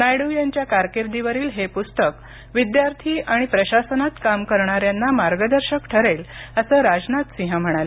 नायडू यांच्या कारकिर्दीवरील हे पुस्तक विद्यार्थी आणि प्रशासनात काम करणाऱ्यांना मार्गदर्शक ठरेल असं राजनाथ सिंह म्हणाले